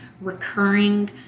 recurring